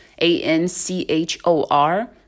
A-N-C-H-O-R